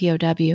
POW